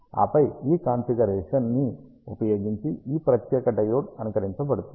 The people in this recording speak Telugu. ఆపై ఈ కానిగరేషన్ ని ఉపయోగించి ఈ ప్రత్యేక డయోడ్ అనుకరించబడుతుంది